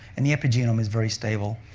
and the epigenome is very stable.